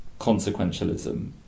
consequentialism